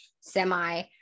semi